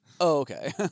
okay